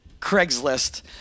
Craigslist